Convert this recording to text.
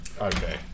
Okay